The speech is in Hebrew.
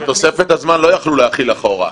את תוספת הזמן לא יוכלו להחיל אחורה.